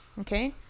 Okay